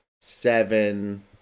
seven